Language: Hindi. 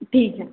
ठीक है